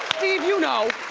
steve you know.